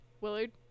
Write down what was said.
Willard